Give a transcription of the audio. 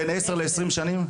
לוקח להן בין 10 ל-20 שנה.